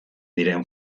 diren